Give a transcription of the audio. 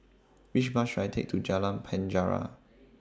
Which Bus should I Take to Jalan Penjara